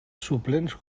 suplents